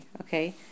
okay